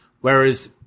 Whereas